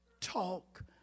talk